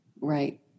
right